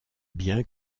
bien